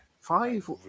Five